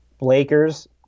Lakers